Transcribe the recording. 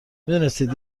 میدونستید